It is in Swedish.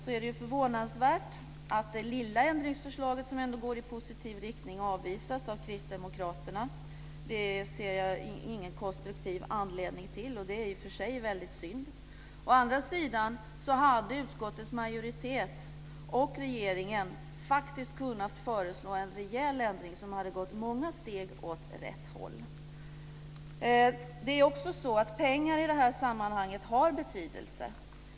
Det är förvånansvärt att det lilla ändringsförslag som ändå går i positiv riktning avvisas av Kristdemokraterna. Det ser jag ingen konstruktiv anledning till, och det är i och för sig väldigt synd. Å andra sidan hade utskottets majoritet och regeringen faktiskt kunnat föreslå en rejäl ändring som hade gått många steg åt rätt håll. Det är också så att pengar i det här sammanhanget har betydelse.